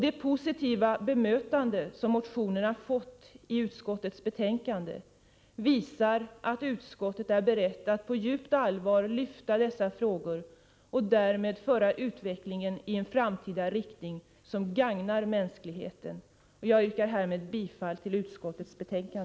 Det positiva bemötande som motionerna fått i utskottets betänkande visar att utskottet är berett att med djupt allvar lyfta upp dessa frågor och därmed föra in utvecklingen i en framtida riktning som gagnar mänskligheten. Jag yrkar härmed bifall till utskottets hemställan.